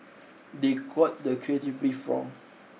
they got the creative brief wrong